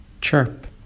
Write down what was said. chirp